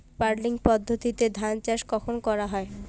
Puddling পদ্ধতিতে ধান চাষ কখন করা হয়?